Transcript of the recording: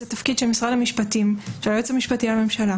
זה תפקיד של משרד המשפטים ושל היועץ המשפטי לממשלה